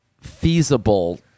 feasible